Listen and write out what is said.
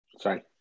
sorry